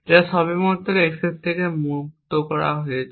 যা সবেমাত্র x থেকে মুক্ত করা হয়েছে